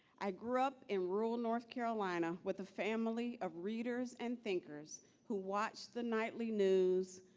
i grew up in rural north carolina, with a family of readers and thinkers who watched the nightly news,